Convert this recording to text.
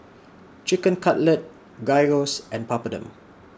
Chicken Cutlet Gyros and Papadum